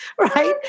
right